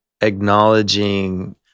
acknowledging